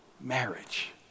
marriage